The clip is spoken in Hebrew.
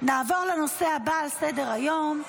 נעבור לנושא הבא על סדר-היום: